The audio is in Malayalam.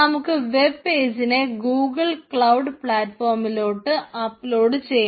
നമുക്ക് വെബ് പേജിനെ ഗൂഗിൾ ക്ലൌഡ് പ്ലാറ്റ്ഫോമിലോട്ട് അപ്ലോഡ് ചെയ്യണം